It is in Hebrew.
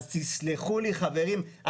אז תסלחו לי חברים,